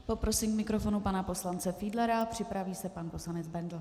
Poprosím k mikrofonu pana poslance Fiedlera, připraví se pan poslanec Bendl.